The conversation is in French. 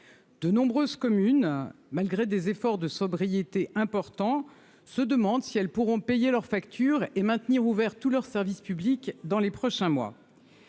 de nombreuses communes, malgré des efforts de sobriété important se demande si elles pourront payer leurs factures et maintenir ouvert tous leurs services publics dans les prochains mois.